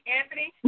Anthony